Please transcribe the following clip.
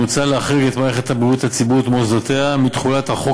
מוצע להחריג את מערכת הבריאות הציבורית ומוסדותיה מתחולת החוק